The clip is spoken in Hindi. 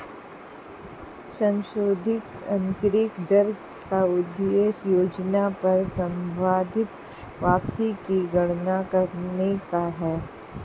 संशोधित आंतरिक दर का उद्देश्य योजना पर संभवत वापसी की गणना करने का है